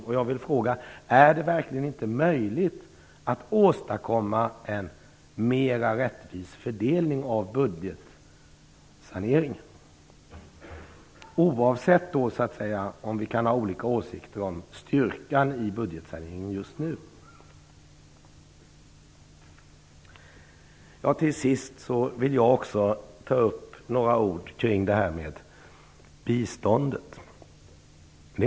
Vi kan ha olika åsikter om styrkan i budgetsaneringen just nu. Jag vill oavsett detta fråga om det verkligen inte är möjligt att åstadkomma en mer rättvis fördelning av budgetsaneringen. Till sist vill jag också ta upp några ord kring biståndet.